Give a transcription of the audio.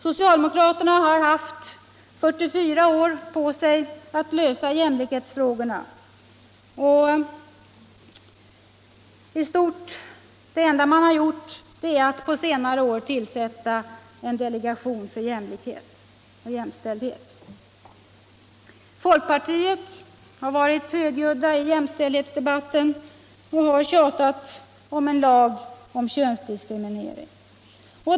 Socialdemokraterna har haft 44 år på sig att lösa jämlikhetsfrågorna och det enda man gjort är att på senare år tillsätta en delegation för jämställdhet. Folkpartiet har varit högljutt i jämställdhetsdebatten och tjatat om en lag mot könsdiskriminering.